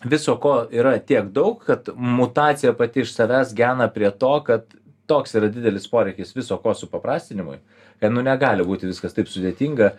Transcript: viso ko yra tiek daug kad mutacija pati iš savęs gena prie to kad toks yra didelis poreikis viso ko supaprastinimui kad nu negali būti viskas taip sudėtinga